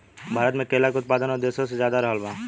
भारत मे केला के उत्पादन और देशो से ज्यादा रहल बा